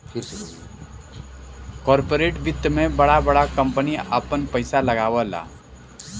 corporate वित्त मे बड़ा बड़ा कम्पनी आपन पइसा लगावला